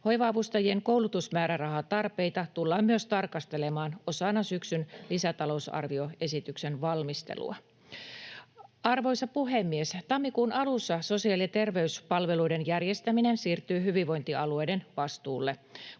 Hoiva-avustajien koulutusmäärärahatarpeita tullaan myös tarkastelemaan osana syksyn lisätalousarvioesityksen valmistelua. Arvoisa puhemies! Tammikuun alussa sosiaali- ja terveyspalveluiden järjestäminen siirtyy hyvinvointialueiden vastuulle.